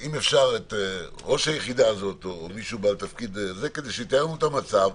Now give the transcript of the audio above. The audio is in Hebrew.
אם אפשר את ראש היחידה הזאת או מישהו בתפקיד כזה כדי שיתאר לנו את המצב.